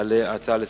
על ההצעות לסדר-היום.